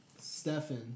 Stefan